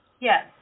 Yes